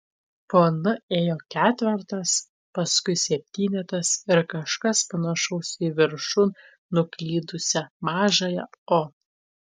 po n ėjo ketvertas paskui septynetas ir kažkas panašaus į viršun nuklydusią mažąją o